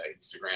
Instagram